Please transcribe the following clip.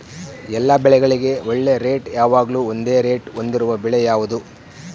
ಎಲ್ಲ ಬೆಳೆಗಳಿಗೆ ಒಳ್ಳೆ ರೇಟ್ ಯಾವಾಗ್ಲೂ ಒಂದೇ ರೇಟ್ ಹೊಂದಿರುವ ಬೆಳೆ ಯಾವುದು?